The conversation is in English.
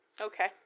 Okay